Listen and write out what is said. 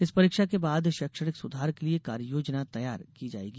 इस परीक्षा के बाद शैक्षणिक सुधार के लिए कार्ययोजना तैयार की जायेगी